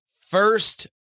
first